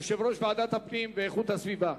יושב-ראש ועדת הפנים והגנת הסביבה.